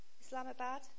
Islamabad